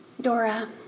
Dora